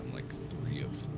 like three of,